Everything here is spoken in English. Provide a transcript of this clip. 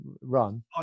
run